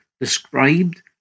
described